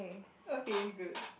okay good